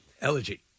Elegy